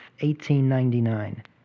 1899